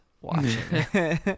watching